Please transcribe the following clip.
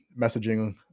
messaging